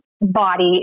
body